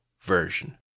Version